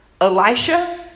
Elisha